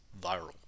viral